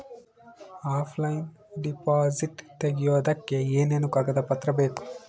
Offline deposit ತೆಗಿಯೋದಕ್ಕೆ ಏನೇನು ಕಾಗದ ಪತ್ರ ಬೇಕು?